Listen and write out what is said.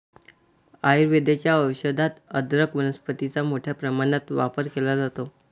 आयुर्वेदाच्या औषधात अदरक वनस्पतीचा मोठ्या प्रमाणात वापर केला जातो